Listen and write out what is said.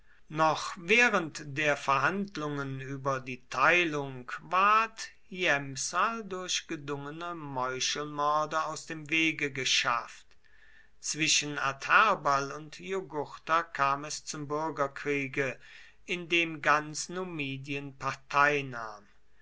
noch während der verhandlungen über die teilung ward hiempsal durch gedungene meuchelmörder aus dem wege geschafft zwischen adherbal und jugurtha kam es zum bürgerkriege in dem ganz